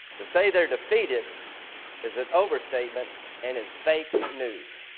to say they're defeated is an overstatement and is fake news.